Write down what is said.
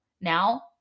Now